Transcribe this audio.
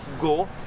go